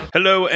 Hello